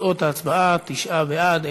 תוצאות ההצבעה: תשעה בעד,